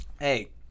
Hey